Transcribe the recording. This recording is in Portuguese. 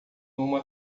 uma